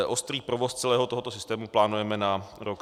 Ostrý provoz celého tohoto systému plánujeme na rok 2022.